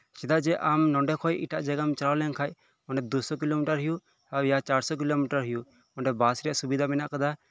ᱪᱮᱫᱟᱜ ᱡᱮ ᱟᱢ ᱱᱚᱸᱰᱮ ᱠᱷᱚᱱ ᱮᱴᱟᱜ ᱡᱟᱭᱜᱟᱢ ᱪᱟᱞᱟᱣ ᱞᱮᱱᱠᱷᱟᱱ ᱚᱸᱰᱮ ᱫᱩ ᱥᱚ ᱠᱤᱞᱳᱢᱤᱴᱟᱨ ᱦᱳᱭᱳᱜ ᱟᱨ ᱪᱟᱨᱥᱳ ᱠᱤᱞᱳ ᱢᱤᱴᱟᱨ ᱦᱳᱭᱳᱜ ᱚᱰᱮ ᱵᱟᱥ ᱨᱮᱭᱟᱜ ᱥᱩᱵᱤᱫᱷᱟ ᱢᱮᱱᱟᱜ ᱟᱠᱟᱫᱟ